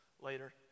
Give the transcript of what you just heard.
later